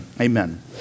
Amen